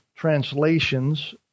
translations